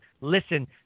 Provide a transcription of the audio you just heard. Listen